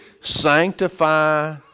sanctify